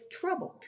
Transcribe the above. troubled